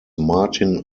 martin